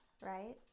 right